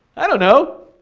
i don't know,